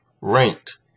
ranked